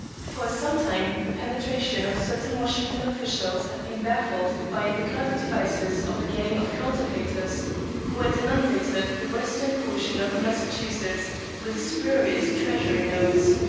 for some time the penetration of certain washington officials had been baffled by the clever devices of a gang of counterfeiters who had inundated the western portion of massachusetts with spurious treasury notes.